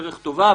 דרך טובה,